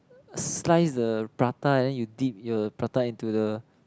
slice the prata and then you dip the prata into the